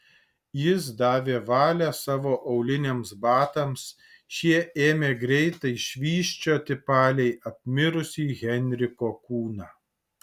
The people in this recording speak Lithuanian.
jis davė valią savo auliniams batams šie ėmė greitai švysčioti palei apmirusį henriko kūną